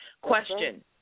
Question